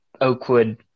Oakwood